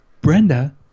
Brenda